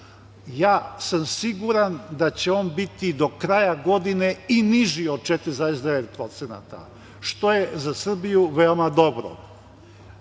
Ja sam siguran da će on biti do kraja godine, i niži od 4,9%, što je za Srbiju veoma